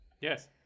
Yes